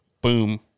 boom